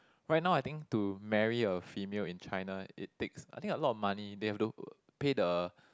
right now I think to marry a female in China it takes I think a lot of money they have to pay the